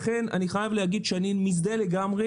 לכן אני חייב להגיד שאני מזדהה לגמרי